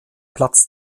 platz